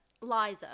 liza